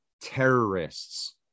terrorists